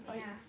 yeah